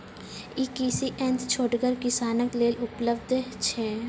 ई कृषि यंत्र छोटगर किसानक लेल उपलव्ध छै?